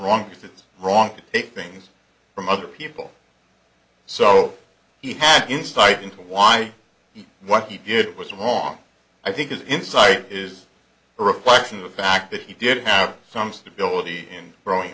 wrong because it's wrong to take things from other people so he had insight into why what he did was wrong i think his insight is a reflection of the fact that he did have some stability and growing